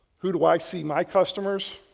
who do i see, my customers.